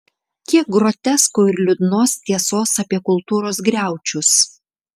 kiek grotesko ir liūdnos tiesos apie kultūros griaučius